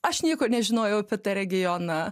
aš nieko nežinojau apie tą regioną